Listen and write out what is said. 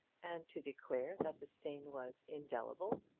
and to declare that the stain was indelible?